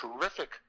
terrific